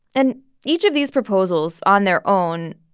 and each of these proposals, on their own,